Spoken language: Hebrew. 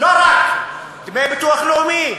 לא רק דמי ביטוח לאומי,